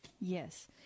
Yes